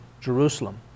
Jerusalem